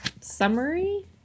summary